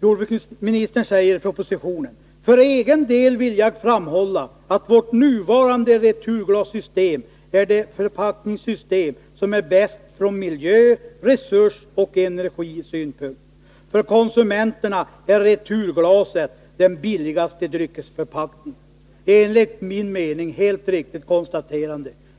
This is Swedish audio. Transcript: jordbruksministern säger i propositionen: ”För egen del vill jag framhålla att vårt nuvarande returglassystem är det förpackningssystem som är bäst från miljö-, resursoch energisynpunkt. För konsumenterna är returglaset den billigaste dryckesförpackningen.” Detta är, enligt min mening, ett helt riktigt konstaterande.